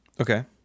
Okay